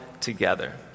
together